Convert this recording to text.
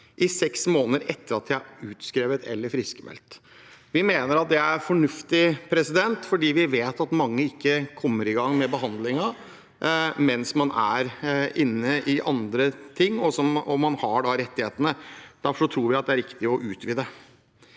i seks måneder etter at de er utskrevet eller friskmeldt. Vi mener at dette er fornuftig, fordi vi vet at mange ikke kommer i gang med behandlingen mens de er inne i andre ting, og man har da rettighetene. Derfor tror vi det er riktig å utvide.